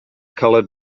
color